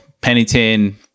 Pennington